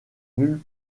nulle